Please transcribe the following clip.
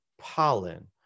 pollen